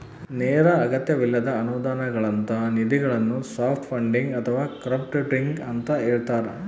ನೇರ ಅಗತ್ಯವಿಲ್ಲದ ಅನುದಾನಗಳಂತ ನಿಧಿಗಳನ್ನು ಸಾಫ್ಟ್ ಫಂಡಿಂಗ್ ಅಥವಾ ಕ್ರೌಡ್ಫಂಡಿಂಗ ಅಂತ ಹೇಳ್ತಾರ